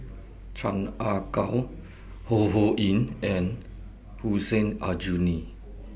Chan Ah Kow Ho Ho Ying and Hussein Aljunie